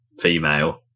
female